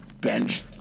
Bench